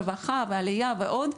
רווחה ועלייה ועוד.